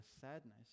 sadness